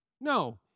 No